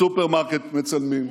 בסופרמרקט מצלמים,